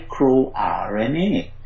microRNA